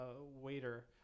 waiter